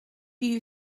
you